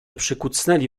przykucnęli